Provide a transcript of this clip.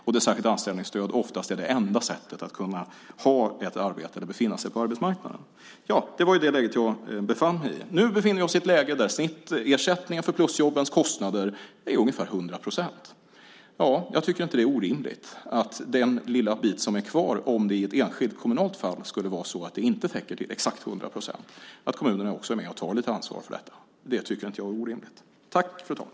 För dem är särskilt anställningsstöd ofta det enda sättet att kunna ha ett arbete eller befinna sig på arbetsmarknaden. Det var det läget jag befann mig i. Nu befinner vi oss i ett läge där snittersättningen för plusjobbens kostnader är ungefär 100 procent. Om det i ett enskilt kommunalt fall skulle vara så att det inte täcker exakt 100 procent så tycker inte jag att det är orimligt att kommunerna är med och tar lite ansvar för den lilla bit som är kvar.